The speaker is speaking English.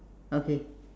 okay